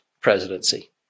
presidency